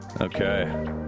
Okay